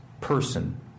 person